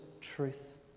truth